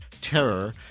Terror